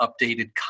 updated